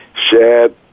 SHAD